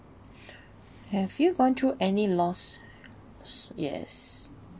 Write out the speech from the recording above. have you gone through any loss yes